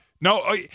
No